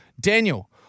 Daniel